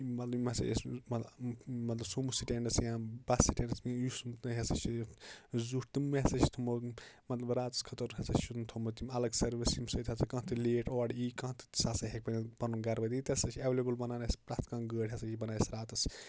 مطلَب یِمہٕ ہَسا اَسہِ مطلَب سوٗموٗ سِٹینٛڈَس یا بَس سِٹینٛڈَس یُس ہَسا چھ زیُٹھ تِمے ہَسا چھِ تِمو مَطلَب راتَس خٲطرٕ ہَسا چھُنہِ تھوٚومُت اَلَگ سٔروِس ییٚمہِ سٍتۍ ہَسا کانٛہہ تہِ لیٹ اورٕ یِیہِ کانٛہہ سُہ ہَسا ہٮ۪کہِ پَنُن گَرٕ وٲتِتھ ییٚتہِ ہَسا چھِ ایٚویلیبٔل بَنان اَسہِ پرٛتھ کانٛہہ گٲڑۍ ہَسا چھِ ییٚتہِ بَنان اَسہِ راتَس